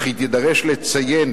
אך היא תידרש לציין,